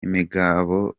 imigabo